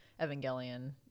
evangelion